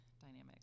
dynamics